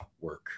work